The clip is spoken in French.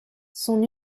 son